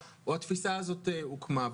או התפיסה הזאת הוקמה.